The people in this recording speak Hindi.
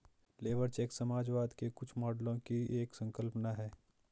लेबर चेक समाजवाद के कुछ मॉडलों की एक संकल्पना है